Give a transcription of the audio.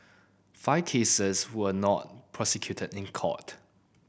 five cases were not prosecuted in court